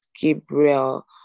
Gabriel